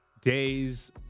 days